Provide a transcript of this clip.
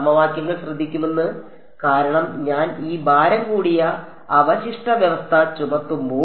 സമവാക്യങ്ങൾ ശ്രദ്ധിക്കുമെന്ന് കാരണം ഞാൻ ഈ ഭാരം കൂടിയ അവശിഷ്ട വ്യവസ്ഥ ചുമത്തുമ്പോൾ